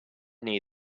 near